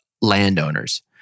landowners